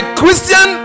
christian